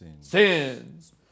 sins